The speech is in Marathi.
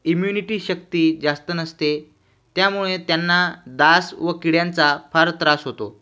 इम्युनिटी शक्ती जास्त नसते त्यामुळे त्यांना डास व किड्यांचा फार त्रास होतो